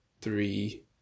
three